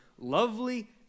lovely